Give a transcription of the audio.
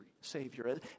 Savior